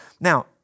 Now